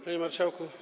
Panie Marszałku!